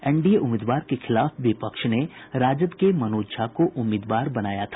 NDA उम्मीदवार के खिलाफ विपक्ष ने राजद के मनोज झा को उम्मीदवार बनाया था